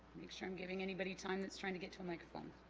make sure i'm giving anybody time that's trying to get to a microphone